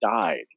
died